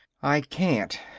i can't.